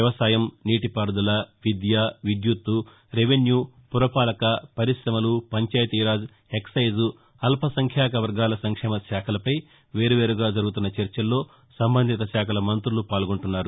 వ్యవసాయం నీటిపారుదల విద్య విద్యుత్ రెవెస్యూ పురపాలక పరిశమలు పంచాయతీరాజ్ ఎక్పెజ్ అల్పసంఖ్యాక వర్గాల సంక్షేమ శాఖలపై వేర్వేరుగా జరుగుతున్న చర్చల్లో సంబంధిత శాఖల మం్రులు పాల్గొంటున్నారు